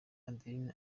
adeline